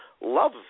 love